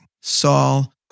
Saul